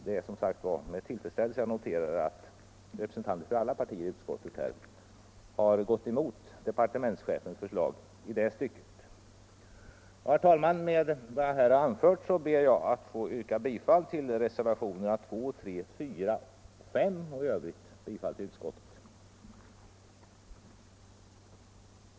Det är som sagt med tillfredsställelse jag noterar att representanter för alla partier i utskottet har gått emot departementschefens förslag i det stycket. Herr talman! Med vad jag här anfört ber jag att få yrka bifall till reservationerna 2, 3, 4 och 5. I övrigt yrkar jag bifall till vad utskottet hemställt.